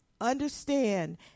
understand